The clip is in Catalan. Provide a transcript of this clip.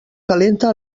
calenta